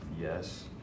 yes